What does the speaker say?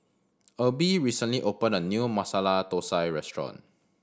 Erby recently opened a new Masala Thosai restaurant